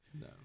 No